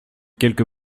quelque